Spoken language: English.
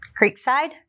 Creekside